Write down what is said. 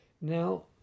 Now